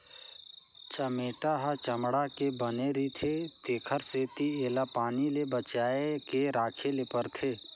चमेटा ह चमड़ा के बने रिथे तेखर सेती एला पानी ले बचाए के राखे ले परथे